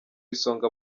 isonga